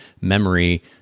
memory